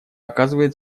оказывает